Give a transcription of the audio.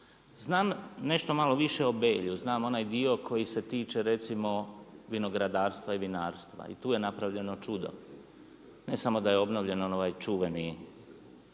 Znam nešto malo više o Belju, znam onaj dio koji se tiče recimo vinogradarstva i vinarstva i tu je napravljeno čudo. Ne samo da je obnovljen ovaj čuveni